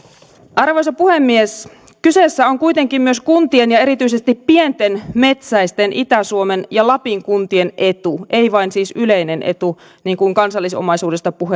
arvoisa puhemies kyseessä on kuitenkin myös kuntien ja erityisesti pienten metsäisten itä suomen ja lapin kuntien etu ei vain siis yleinen etu niin kuin kansallisomaisuudesta